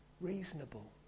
reasonable